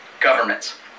governments